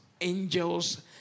angels